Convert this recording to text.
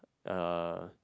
uh